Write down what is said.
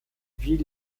vit